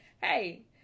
hey